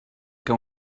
que